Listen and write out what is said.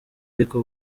ariko